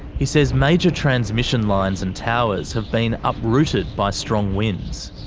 he says major transmission lines and towers have been uprooted by strong winds.